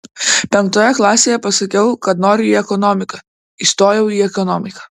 penktoje klasėje pasakiau kad noriu į ekonomiką įstojau į ekonomiką